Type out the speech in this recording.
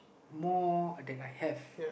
more that I have